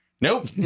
Nope